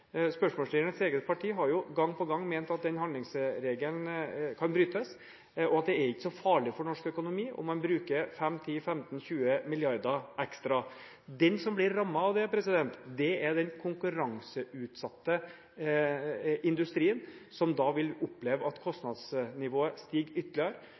eget parti har gang på gang ment at handlingsregelen kan brytes, og at det er ikke så farlig for norsk økonomi om man bruker 5–10–15–20 mrd. kr ekstra. Den som blir rammet av dette, er den konkurranseutsatte industrien, som vil oppleve at kostnadsnivået stiger ytterligere,